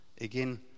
Again